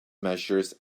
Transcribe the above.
measures